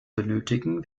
benötigen